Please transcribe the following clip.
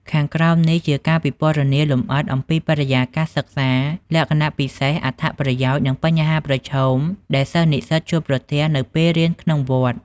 ខាងក្រោមនេះជាការពិពណ៌នាលម្អិតអំពីបរិយាកាសសិក្សា លក្ខណៈពិសេស អត្ថប្រយោជន៍ និងបញ្ហាប្រឈមដែលសិស្សនិស្សិតជួបប្រទះនៅពេលរៀនក្នុងវត្ត។